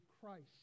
Christ